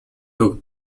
took